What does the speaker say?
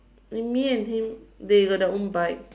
me and him they got their own bike